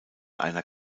einer